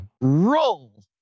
roll